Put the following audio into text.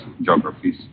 geographies